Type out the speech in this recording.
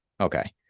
Okay